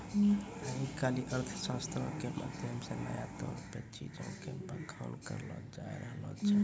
आइ काल्हि अर्थशास्त्रो के माध्यम से नया तौर पे चीजो के बखान करलो जाय रहलो छै